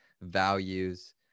values